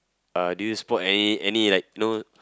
uh do you spot any any like you know